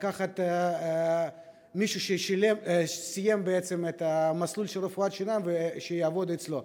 לקחת מישהו שסיים בעצם את המסלול של רפואת שיניים שיעבוד אצלו.